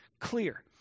clear